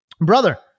Brother